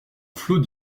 flot